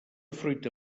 fruita